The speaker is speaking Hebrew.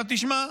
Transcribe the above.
עכשיו תשמע.